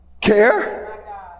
care